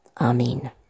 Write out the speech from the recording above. Amen